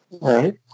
Right